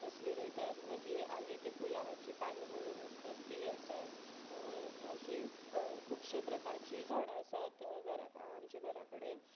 तसली रोयतात मागीर आनी ते पुलावाची पानां म्हणून आसतात ती आसात अशी खुबशे प्रकारची झाडां आसात घरा आमच्या घरा कडेन